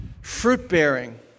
Fruit-bearing